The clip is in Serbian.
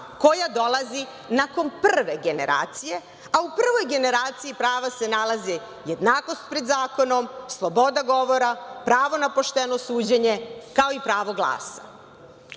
koja dolazi nakon prve generacije, a u prvoj generaciji prava se nalaze jednakost pred zakonom, sloboda govora, pravo na pošteno suđenje, kao i pravo glasa.